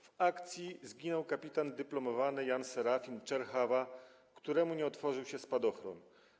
W akcji zginął kpt. dypl. Jan Serafin „Czerchawa”, któremu nie otworzył się spadochron.